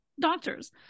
doctors